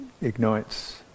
ignites